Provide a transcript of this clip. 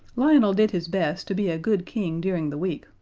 lionel did his best to be a good king during the week,